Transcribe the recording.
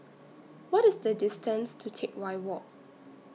What IS The distance to Teck Whye Walk